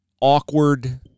awkward